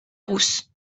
rousse